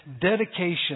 dedication